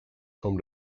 home